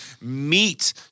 meat